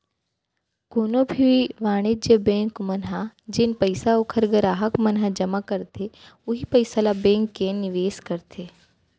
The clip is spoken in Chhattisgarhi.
कोनो भी वाणिज्य बेंक मन ह जेन पइसा ओखर गराहक मन ह जमा करथे उहीं पइसा ल बेंक ह निवेस करथे